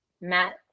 Matt